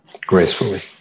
gracefully